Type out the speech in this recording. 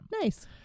Nice